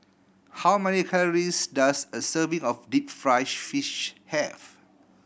how many calories does a serving of deep fried fish have